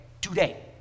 today